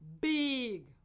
Big